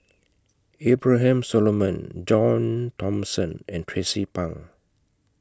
Abraham Solomon John Thomson and Tracie Pang